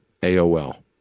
AOL